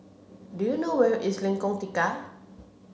do you know where is Lengkong Tiga